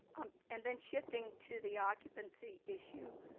um, and then, shifting to the occupancy issue,